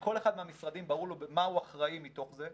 שלכל אחד מהמשרדים ברור על מה הוא אחראי מתוך זה.